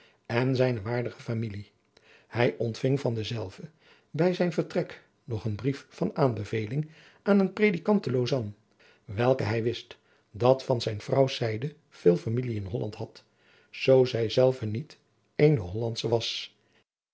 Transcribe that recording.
en zijne waardige familie hij ontving van denzelven bij zijn vertrek nog een brief van aanbeveling aan een predikant te lausanne welke hij wist dat van zijn vrouws zijde veel familie adriaan loosjes pzn het leven van maurits lijnslager in holland had zoo zij zelve niet eene hollandsche was